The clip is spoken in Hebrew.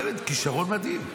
באמת, כישרון מדהים.